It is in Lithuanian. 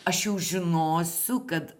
aš jau žinosiu kad